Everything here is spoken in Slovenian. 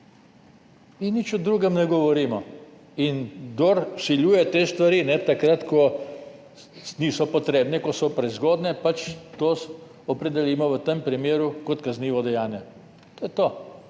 O ničemer drugem ne govorimo. Kdor vsiljuje te stvari takrat, ko niso potrebne, ko so prezgodnje, pač to opredelimo v tem primeru kot kaznivo dejanje. To je to.